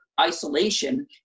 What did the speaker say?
isolation